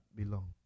belong